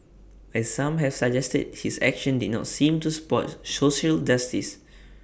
but some have suggested his actions did not seem to support social justice